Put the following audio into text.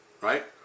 right